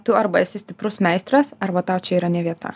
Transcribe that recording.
a tu arba esi stiprus meistras arba tau čia yra ne vieta